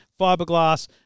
fiberglass